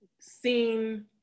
seen